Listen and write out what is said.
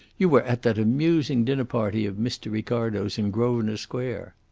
you were at that amusing dinner-party of mr. ricardo's in grosvenor square.